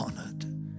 honored